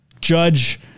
judge